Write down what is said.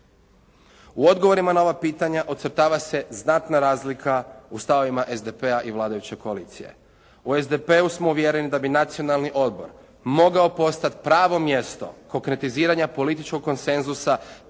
U odgovorima na ova pitanja ocrtava se znatna razlika u stavovima SDP-a i vladajuće koalicije. U SDP-u smo uvjereni da bi Nacionalni odbor mogao postati pravo mjesto konkretiziranja političkog konsenzusa